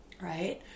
right